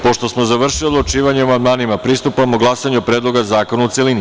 Pošto smo završili odlučivanje o amandmanima, pristupamo glasanju o Predlogu zakona u celini.